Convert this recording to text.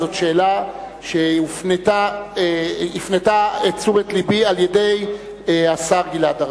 זו שאלה שהפנה את תשומת לבי אליה השר גלעד ארדן.